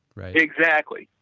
right? exactly,